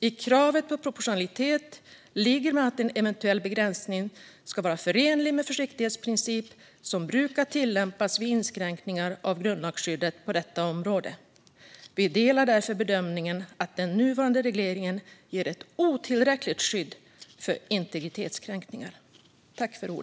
I kravet på proportionalitet ligger bland annat att en eventuell begränsning ska vara förenlig med den försiktighetsprincip som brukar tillämpas vid inskränkningar av grundlagsskyddet på detta område. Vi delar därför bedömningen att den nuvarande regleringen ger ett otillräckligt skydd mot integritetskränkningar.